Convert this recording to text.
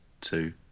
two